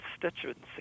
constituency